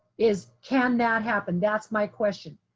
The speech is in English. is can that happen? that's my question.